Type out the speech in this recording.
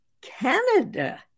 Canada